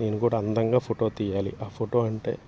నేను కూడా అందంగా ఫోటో తీయాలి ఆ ఫోటో అంటే